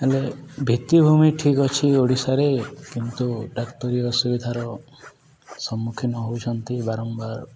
ହେଲେ ଭିତ୍ତିଭୂମି ଠିକ ଅଛି ଓଡ଼ିଶାରେ କିନ୍ତୁ ଡାକ୍ତରୀ ଅସୁବିଧାର ସମ୍ମୁଖୀନ ହଉଛନ୍ତି ବାରମ୍ବାର